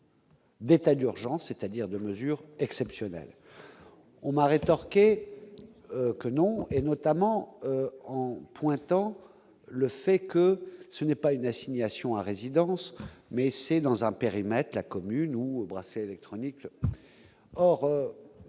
D'état d'urgence, c'est-à-dire de mesures exceptionnelles, on m'a rétorqué que non, et notamment en pointant le fait que ce n'est pas une assignation à résidence, mais c'est dans un périmètre, la commune où brasser électronique or